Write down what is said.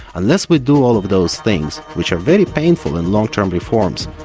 unless we do all of those things, which are very painful and long-term reforms,